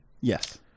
Yes